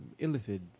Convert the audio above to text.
illithid